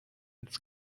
its